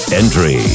entry